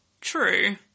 True